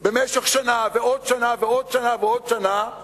במשך שנה ועוד שנה ועוד שנה ועוד שנה,